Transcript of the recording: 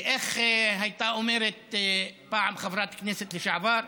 איך הייתה אומרת פעם חברת כנסת לשעבר: